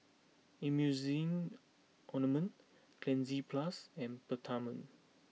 Emulsying Ointment Cleanz Plus and Peptamen